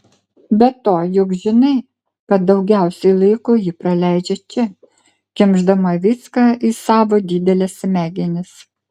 be to juk žinai kad daugiausiai laiko ji praleidžia čia kimšdama viską į savo dideles smegenis